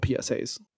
psa's